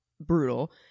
brutal